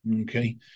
Okay